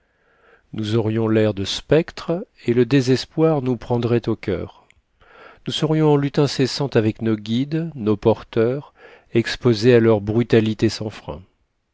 nous aurions l'air de spectres et le désespoir nous prendrait au cur nous serions en lutte incessante avec nos guides nos porteurs exposés à leur brutalité sans frein